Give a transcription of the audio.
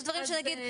יש דברים שנגיד,